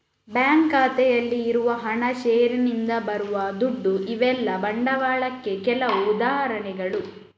bank ಖಾತೆಯಲ್ಲಿ ಇರುವ ಹಣ, ಷೇರಿನಿಂದ ಬರುವ ದುಡ್ಡು ಇವೆಲ್ಲ ಬಂಡವಾಳಕ್ಕೆ ಕೆಲವು ಉದಾಹರಣೆಗಳು